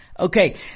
Okay